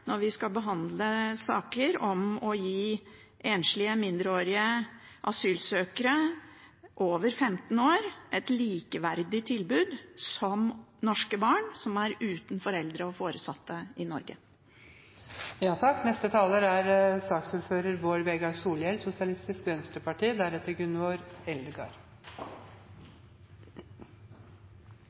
når vi skal behandle saker om å gi enslige mindreårige asylsøkere over 15 år, som er uten foreldre og foresatte i Norge, et likeverdig tilbud med norske barn. Innleiingsvis vil eg takke komiteen for samarbeidet i